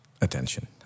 attention